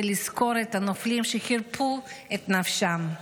ולזכור את הנופלים שחירפו את נפשם.